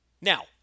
Now